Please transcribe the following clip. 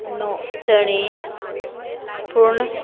नोंदणी पुर्ण